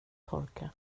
torka